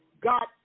God